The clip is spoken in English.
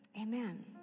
amen